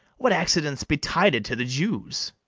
what accident's betided to the jews?